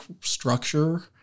structure